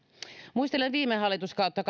muistelen viime hallituskautta